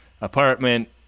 apartment